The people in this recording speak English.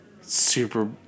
super